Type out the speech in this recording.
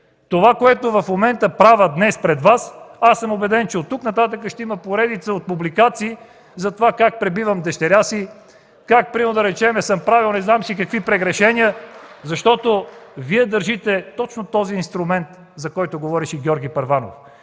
това, което в момента правя днес пред Вас, съм убеден, че от тук нататък ще има поредица от публикации за това как пребивам дъщеря си, как примерно съм правил не знам какви си прегрешения, защото Вие държите точно този инструмент, за който говореше Георги Първанов.